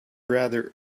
rather